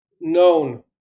known